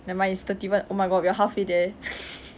nevermind it's thirty one oh my god we're halfway there